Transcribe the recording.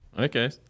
Okay